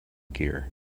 gear